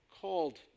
called